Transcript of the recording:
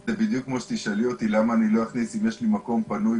זה בדיוק כמו שתשאלי אותי אם יש לי מקום פנוי